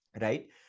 right